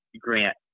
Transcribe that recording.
Grant